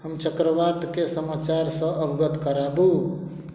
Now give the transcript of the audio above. हम चक्रवातके समाचारसँ अवगत कराबू